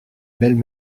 belles